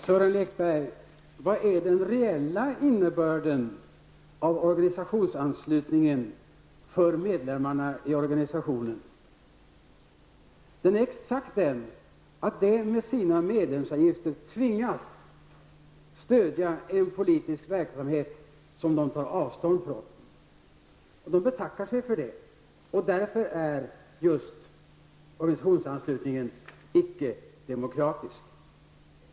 Fru talman! Vad är den reella innebörden, Sören Lekberg, av organisationsanslutningen för medlemmarna i en organisation? Jo, den exakta innebörden är att medlemmarna genom sina medlemsavgifter tvingas stödja en politisk verksamhet som de tar avstånd från, och sådant betackar de sig för. Därför är just organisationsanslutningen icke-demokratisk.